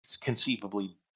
conceivably